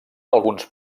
alguns